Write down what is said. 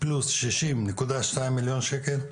פלוס שישים נקודה שניים מיליון שקל,